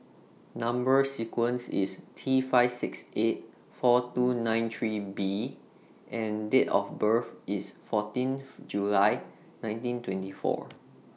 Number sequence IS T five six eight four two nine three B and Date of birth IS fourteenth January nineteen twenty four